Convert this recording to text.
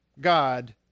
God